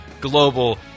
global